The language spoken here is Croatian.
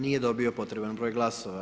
Nije dobio potreban broj glasova.